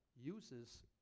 uses